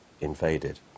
invaded